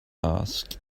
ask